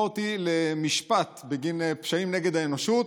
אותי למשפט בגין פשעים נגד האנושות.